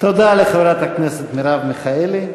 תודה לחברת הכנסת מרב מיכאלי.